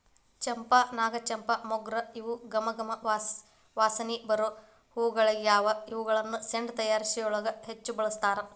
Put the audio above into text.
ಚಂಪಾ, ನಾಗಚಂಪಾ, ಮೊಗ್ರ ಇವು ಗಮ ಗಮ ವಾಸನಿ ಬರು ಹೂಗಳಗ್ಯಾವ, ಇವುಗಳನ್ನ ಸೆಂಟ್ ತಯಾರಿಕೆಯೊಳಗ ಹೆಚ್ಚ್ ಬಳಸ್ತಾರ